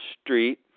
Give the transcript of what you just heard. street